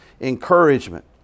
encouragement